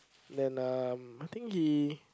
then um I think he